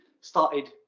started